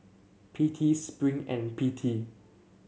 P T Spring and P T